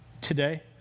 today